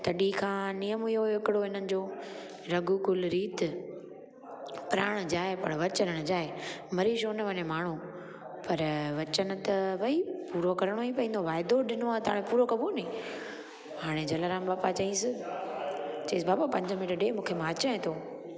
तॾहिं खां नियम हुओ हिकिड़ो हिननि जो रघुकुल रीत प्राण जाए पर वचन न जाए मरी छो न वञे माण्हू पर वचन त भई पूरो करिणो ई पवंदो वाइदो ॾिनो आहे त पूरो कबो नी हाणे जलाराम बापा चयईसि चयईसि बाबा पंज मिन्ट ॾे मूंखे मां अचाए थो